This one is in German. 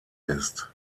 ist